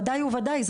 בוודאי ובוודאי.